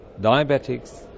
diabetics